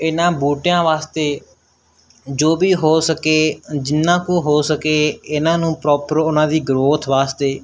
ਇਹਨਾਂ ਬੂਟਿਆਂ ਵਾਸਤੇ ਜੋ ਵੀ ਹੋ ਸਕੇ ਜਿੰਨਾ ਕੁ ਹੋ ਸਕੇ ਇਹਨਾਂ ਨੂੰ ਪ੍ਰੋਪਰ ਉਹਨਾਂ ਦੀ ਗਰੋਥ ਵਾਸਤੇ